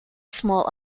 small